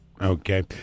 Okay